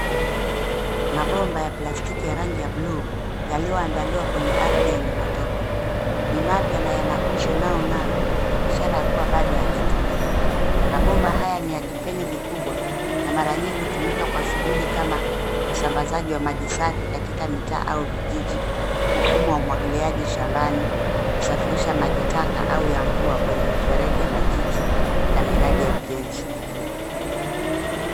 Mabomba ya plastiki ya rangi ya bluu yaliyoandaliwa kwenye ardhi yenye matope, ni mapya na yana uso nayo ng'aa ishara ya kuwa bado hayajatumika. Mabomba haya ni ya kipenyo kikubwa na mara nyingi hutumika kwa shughuli kama usambazaji wa maji safi katika mitaa au vijiji, mfumo wa umwagiliaji shambani, kusafirisha maji taka au ya mvua kwenye mifereji ya majiji na miradi ya ujenzi.